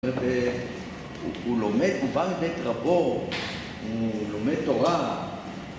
הוא לומד, הוא בא לבית רבו, הוא לומד תורה